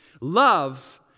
Love